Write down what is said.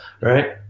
right